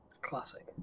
Classic